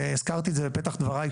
והזכרתי את זה בפתח דבריי,